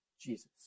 Jesus